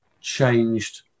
changed